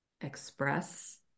express